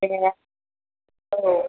दे औ